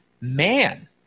man